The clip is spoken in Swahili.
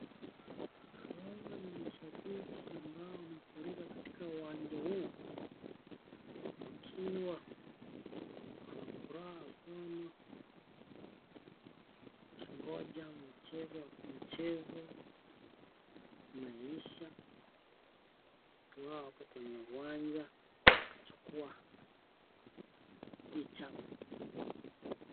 Hawa ni mashabiki ambao wamefurika kwenye uwanja huu wakiwa wanafuraha sana wakingoja mchezo wa mchezo umeisha, watu hawa wako kwenye uwanja wakichukua picha...